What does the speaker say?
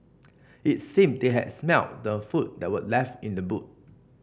it seemed they had smelt the food that were left in the boot